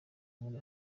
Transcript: muri